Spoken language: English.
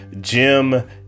Jim